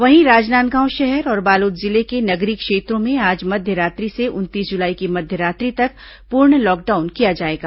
वहीं राजनांदगांव शहर और बालोद जिले के नगरीय क्षेत्रों में आज मध्य रात्रि से उनतीस जुलाई की मध्य रात्रि तक पूर्ण लॉकडाउन किया जाएगा